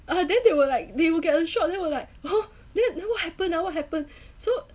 ah then they will like they will get a shock then will like !huh! then then what happened ah what happened so